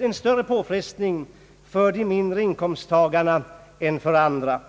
en större påfrestning för de mindre inkomsttagarna än för andra.